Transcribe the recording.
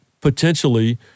potentially